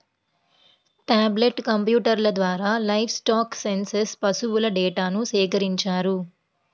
tablet కంప్యూటర్ల ద్వారా livestock census పశువుల డేటాను సేకరించారు